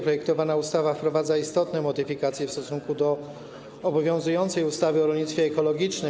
Projektowana ustawa wprowadza istotne modyfikacje w stosunku do obowiązującej ustawy o rolnictwie ekologicznym.